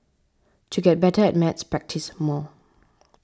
to get better at maths practise more